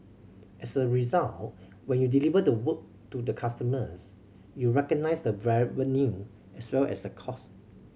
as a result when you deliver the work to the customers you recognise the revenue as well as the cost